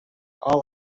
all